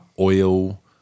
oil